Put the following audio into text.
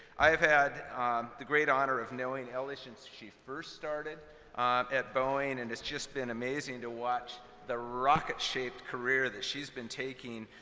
i have had the great honor of knowing ellie since she first started at boeing, and it's just been amazing to watch the rocket-shaped career that she's been taking,